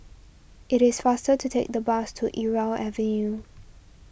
it is faster to take the bus to Irau Avenue